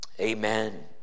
Amen